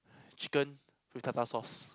chicken with tartar sauce